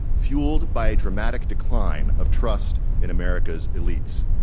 fueled by a dramatic decline of trust in america's elites.